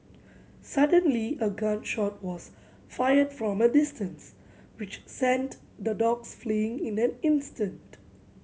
suddenly a gun shot was fired from a distance which sent the dogs fleeing in an instant